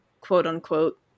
quote-unquote